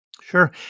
Sure